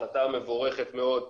החלטה מבורכת מאוד,